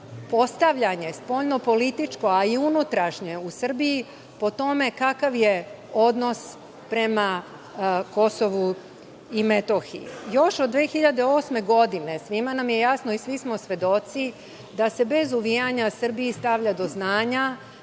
postavljanje spoljno-političko, a i unutrašnjoj u Srbiji po tome kakav je odnos prema KiM.Još od 2008. godine, svima nam je jasno i svi smo svedoci, da se bez uvijanja Srbiji stavlja do znanja